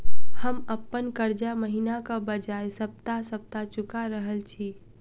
हम अप्पन कर्जा महिनाक बजाय सप्ताह सप्ताह चुका रहल छि